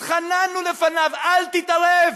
התחננו לפניו: אל תתערב.